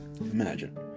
imagine